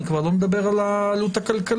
אני כבר לא מדבר על העלות הכלכלית.